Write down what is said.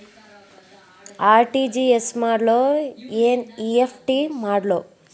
RTGS ಮಾಡ್ಲೊ NEFT ಮಾಡ್ಲೊ?